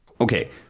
okay